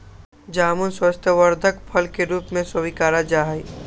जामुन स्वास्थ्यवर्धक फल के रूप में स्वीकारा जाहई